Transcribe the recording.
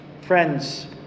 Friends